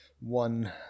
one